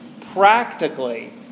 practically